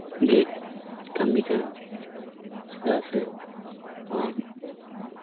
ᱜᱮ ᱠᱟᱹᱢᱤ ᱠᱟᱱᱟ ᱪᱮᱫᱟᱜ ᱥᱮ ᱱᱚᱣᱟ